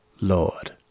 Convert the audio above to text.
Lord